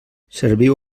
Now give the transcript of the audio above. serviu